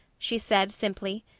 she said simply.